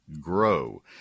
grow